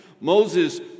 Moses